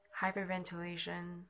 hyperventilation